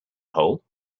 whole